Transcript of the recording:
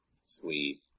Sweet